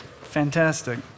Fantastic